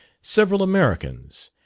several americans,